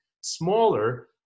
smaller